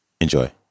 Enjoy